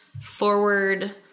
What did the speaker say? forward